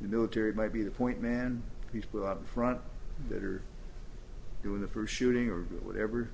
the military might be the point man people out front that are doing the first shooting or whatever